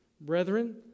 Brethren